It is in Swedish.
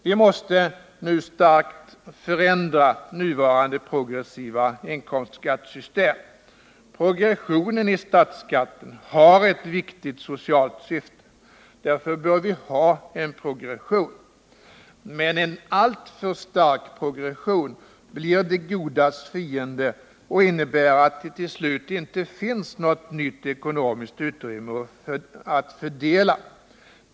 Vi måste nu starkt förändra nuvarande progressiva inkomstskattesystem. Progressionen i statsskatten har ett viktigt socialt syfte, och därför bör vi ha en progression. Men en alltför stark progression blir det godas fiende och innebär att det till slut inte finns något nytt ekonomiskt utrymme att fördela.